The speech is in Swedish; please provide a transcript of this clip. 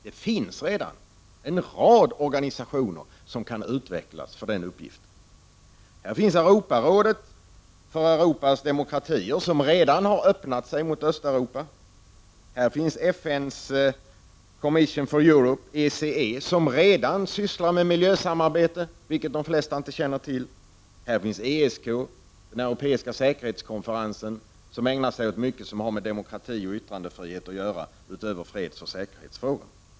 Det finns redan en rad organisationer som kan utvecklas för den uppgiften. Här finns Europarådet för Europas demokratier, som redan har öppnat sig mot Östeuropa. Här finns FN:s Commission for Europe, ECE, som redan har sysslat med miljösamarbete, något som de flesta inte känner till. Här finns ESK, den europeiska säkerhetskonferensen, som ägnar sig åt mycket sådant som har med demokrati och yttrandefrihet att göra förutom fredsoch säkerhetsfrågor.